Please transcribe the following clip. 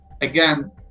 Again